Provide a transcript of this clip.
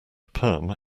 perm